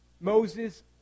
Moses